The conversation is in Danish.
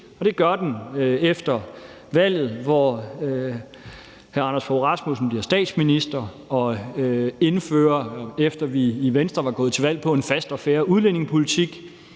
og det gør den efter valget, hvor hr. Anders Fogh Rasmussen bliver statsminister og indfører en fast og fair udlændingepolitik,